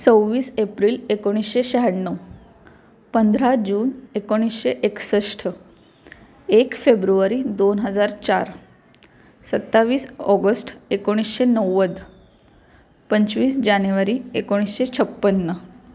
सव्वीस एप्रिल एकोणीसशे शहाण्णव पंधरा जून एकोणीसशे एकसष्ट एक फेब्रुवारी दोन हजार चार सत्तावीस ऑगस्ट एकोणीसशे नव्वद पंचवीस जानेवारी एकोणीसशे छप्पन्न